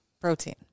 Protein